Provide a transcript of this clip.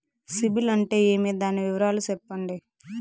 సిబిల్ అంటే ఏమి? దాని వివరాలు సెప్పండి?